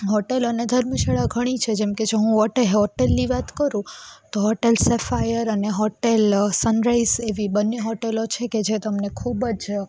hotel અને ધર્મશાળા ઘણી છે જેમકે હું હોટ હોટલની વાત કરું તો હોટલ સેફાયર અને હોટલ સનરાઈઝ એવી બંને હોટલો છે કે જે તમને ખૂબ જ